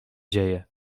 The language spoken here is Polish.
dzieje